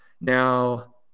now